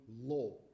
law